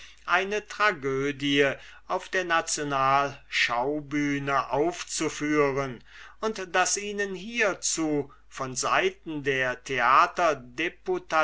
eine tragödie auf der nationalschaubühne aufzuführen und daß ihnen hiezu von seiten der theaterdeputation